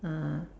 ah